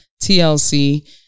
TLC